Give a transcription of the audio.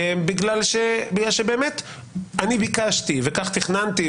בגלל שבאמת אני ביקשתי וכך תכננתי,